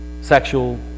sexual